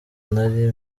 nari